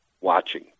watching